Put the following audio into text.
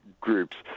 groups